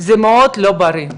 שזה מאוד לא בריא,